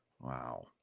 wow